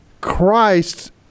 Christ